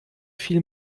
viel